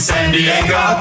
Sandiego